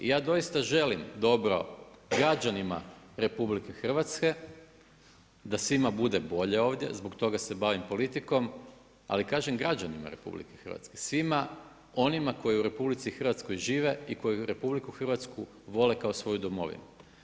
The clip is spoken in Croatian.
I ja doista želim dobro građanima RH, da svima bude bolje ovdje, zbog toga se bavim politikom, ali kažem građanima RH, svima onima koji u RH žive i koji RH vole kao svoju domovinu.